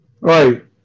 Right